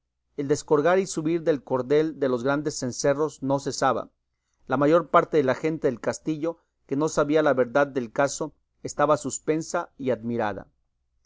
el descolgar y subir del cordel de los grandes cencerros no cesaba la mayor parte de la gente del castillo que no sabía la verdad del caso estaba suspensa y admirada